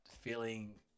feeling